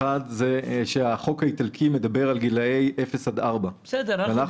האחד הוא שהחוק האיטלקי מדבר על גילאי לידה עד ארבע שנים.